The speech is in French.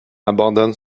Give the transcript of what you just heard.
abandonne